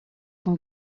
são